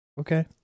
Okay